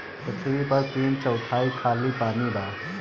पृथ्वी पर तीन चौथाई खाली पानी बा